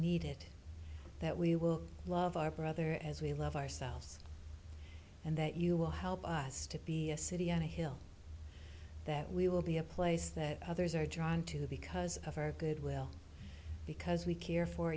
it that we will love our brother as we love ourselves and that you will help us to be a city on a hill that we will be a place that others are drawn to because of our good will because we care for